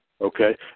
Okay